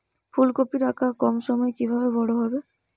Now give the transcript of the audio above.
ফুলকপির আকার কম সময়ে কিভাবে বড় হবে?